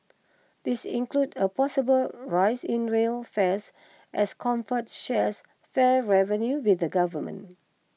these include a possible rise in rail fares as comfort shares fare revenue with the government